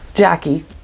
Jackie